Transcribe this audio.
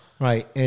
Right